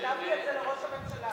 אני כתבתי על זה לראש הממשלה.